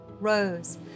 Rose